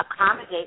accommodate